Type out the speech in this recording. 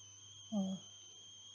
mm